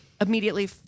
immediately